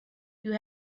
you